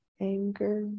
Anger